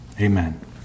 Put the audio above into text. amen